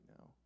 now